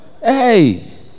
hey